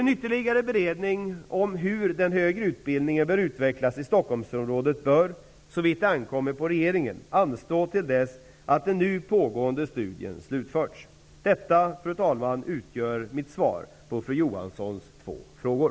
n ytterligare beredning av frågan om hur den högre utbildningen bör utvecklas i Stockholmsområdet bör -- såvitt det ankommer på regeringen -- anstå till dess att den nu pågående studien slutförts. Detta utgör mitt svar på fru Johanssons två frågor.